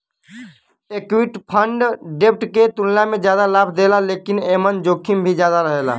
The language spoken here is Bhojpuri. इक्विटी फण्ड डेब्ट के तुलना में जादा लाभ देला लेकिन एमन जोखिम भी ज्यादा रहेला